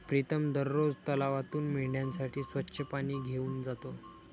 प्रीतम दररोज तलावातून मेंढ्यांसाठी स्वच्छ पाणी घेऊन जातो